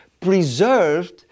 preserved